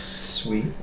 Sweet